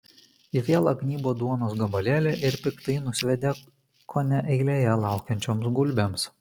ji vėl atgnybo duonos gabalėlį ir piktai nusviedė kone eilėje laukiančioms gulbėms